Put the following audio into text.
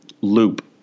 loop